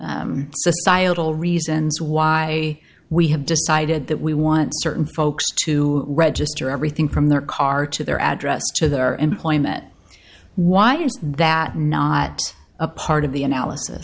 societal reasons why we have decided that we want certain folks to register everything from their car to their address to their employment why is that not a part of the analysis